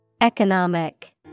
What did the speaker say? Economic